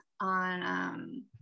on